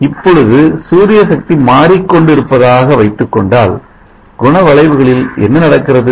இப்பொழுது சூரிய சக்தி மாறிக் கொண்டு இருப்பதாக வைத்துக்கொண்டால் குணவளைவுகளில் என்ன நடக்கிறது